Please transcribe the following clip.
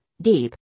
deep